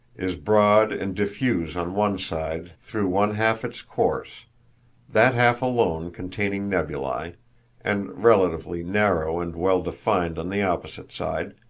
is broad and diffuse on one side through one-half its course that half alone containing nebulae and relatively narrow and well defined on the opposite side,